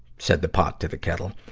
said the pot to the kettle.